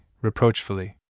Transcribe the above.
reproachfully